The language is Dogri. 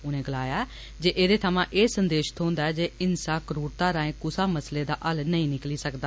उनें गलाया जे एह्दे थमां एह् संदेश थ्होन्दा ऐ जे हिंसा क्ररुता राएं कुसा मसलें दा हल नेई निकली सकदा